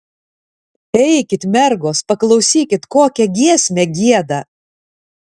eikit mergos paklausykit kokią giesmę gieda